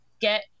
get